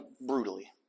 brutally